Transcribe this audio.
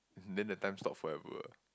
then the time stop forever